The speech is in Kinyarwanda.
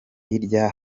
hirya